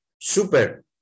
super